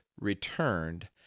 returned